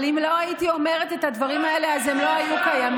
אבל אם לא הייתי אומרת את הדברים האלה אז הם לא היו קיימים?